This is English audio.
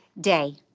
day